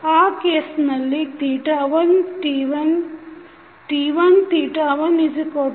ಆ ಕೇಸ್ನಲ್ಲಿ T11T22